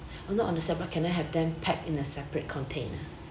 oh not on a same can I have them pack in a separate container